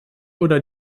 oder